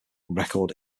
record